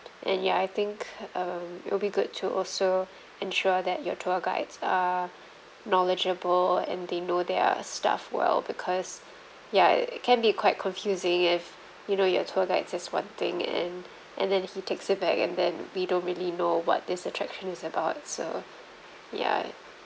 and ya I think um it'll be good to also ensure that your tour guides uh knowledgeable and they know their stuff well because ya it can be quite confusing if you know your tour guide says one thing and and then he takes it back and then we don't really know what this attraction is about so ya